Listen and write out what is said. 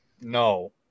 No